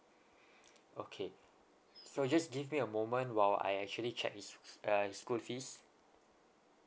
okay so just give me a moment while I actually check his s~ uh his school fees